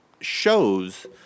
shows